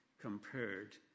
compared